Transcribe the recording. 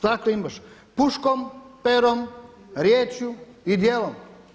Dakle imaš puškom, perom, riječju i djelom.